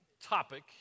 topic